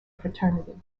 fraternity